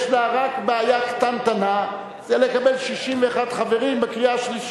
יש לה רק בעיה קטנטנה וזה לקבל 61 חברים בקריאה השלישית.